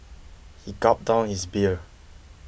he gulp down his beer